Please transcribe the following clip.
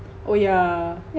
oh yeah